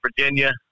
Virginia